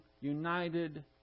united